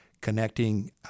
connecting